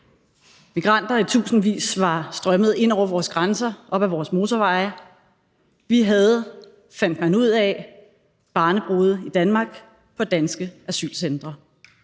Migranter i tusindvis var strømmet ind over vores grænser, op ad vores motorveje. Vi havde, fandt man ud af, barnebrude i Danmark på danske asylcentre.